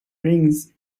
rings